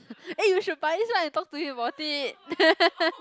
eh you should buy this one and talk to him about it